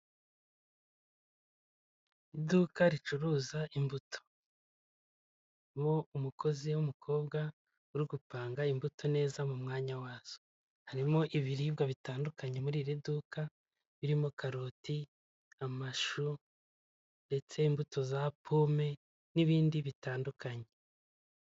Iduka ricuruza imbuto bo umukozi w'umukobwa uri gupanga imbuto neza mu mwanya wazo harimo ibiribwa bitandukanye muri iri duka birimo karoti, amashu ndetse imbuto za pome n'ibindi bitandukanye.